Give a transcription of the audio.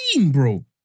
bro